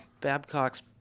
Babcock's